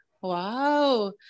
wow